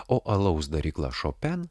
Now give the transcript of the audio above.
o alaus darykla šopen